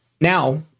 Now